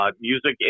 music